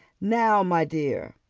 now, my dear,